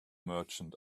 merchant